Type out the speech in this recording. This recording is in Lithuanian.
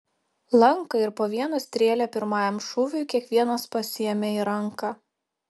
lanką ir po vieną strėlę pirmajam šūviui kiekvienas pasiėmė į ranką